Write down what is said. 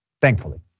thankfully